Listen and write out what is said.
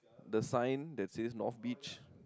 the sign that's is north beach